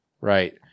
Right